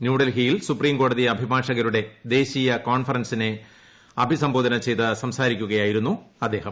ന്യൂഡൽഹിയിൽ സുപ്രീംകോടതി അഭിഭാഷകരുടെ ദേശീയ കോൺഫറൻസിനെ അഭിസംബോധന ചെയ്യുകയായിരുന്നു അദ്ദേഹം